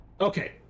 Okay